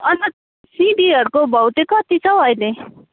अन्त सिमीहरूको भाउ चाहिँ कति छ अहिले